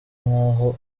nk’aho